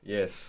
Yes